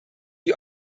die